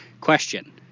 question